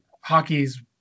hockey's